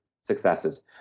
successes